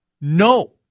no